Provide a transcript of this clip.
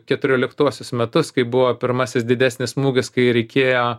keturioliktuosius metus kai buvo pirmasis didesnis smūgis kai reikėjo